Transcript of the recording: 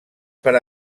per